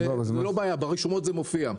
זה לא בעיה, ברשומות זה מופיע.